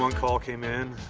um call came in.